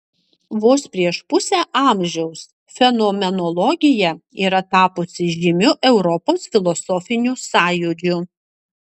vos prieš pusę amžiaus fenomenologija yra tapusi žymiu europos filosofiniu sąjūdžiu